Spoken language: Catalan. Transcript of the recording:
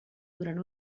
durant